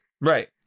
Right